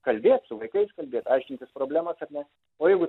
kalbėt su vaikais kalbėt aiškintis problemas ar ne o jeigu